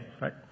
right